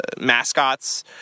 mascots